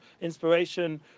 inspiration